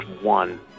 one